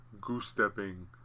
goose-stepping